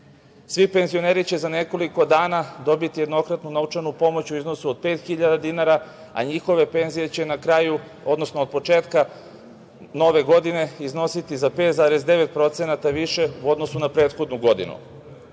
penzioneri će za nekoliko dana dobiti jednokratnu novčanu pomoć u iznosu od 5.000 dinara, a njihove penzije će na kraju, odnosno od početka nove godine iznositi za 5,9% više u odnosu na prethodnu